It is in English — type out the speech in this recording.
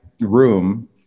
room